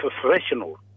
professional